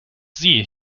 sie